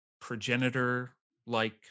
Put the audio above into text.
progenitor-like